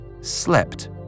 slept